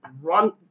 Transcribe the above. run